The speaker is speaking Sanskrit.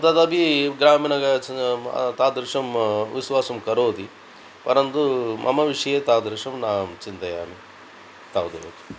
तदपि ग्रामिणाः ग च म तादृशं विश्वासं करोति परन्तु मम विषये तादृशं न चिन्तयामि तावदेव